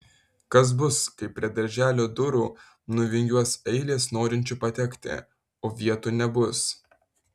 kas bus kai prie darželio durų nuvingiuos eilės norinčių patekti o vietų nebus